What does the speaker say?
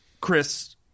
Chris